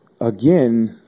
again